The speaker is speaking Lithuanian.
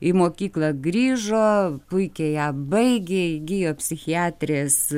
į mokyklą grįžo puikiai ją baigė įgijo psichiatrės